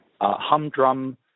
humdrum